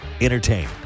Entertain